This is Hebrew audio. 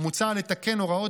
ומחויבותה של החברה